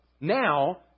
Now